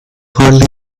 hardly